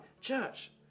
church